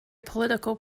political